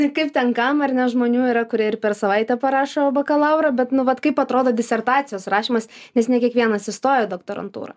ir kaip ten kam ar ne žmonių yra kurie ir per savaitę parašo bakalaurą bet nu vat kaip atrodo disertacijos rašymas nes ne kiekvienas įstoja į doktorantūrą